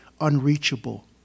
unreachable